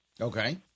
Okay